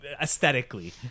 Aesthetically